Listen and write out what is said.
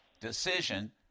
decision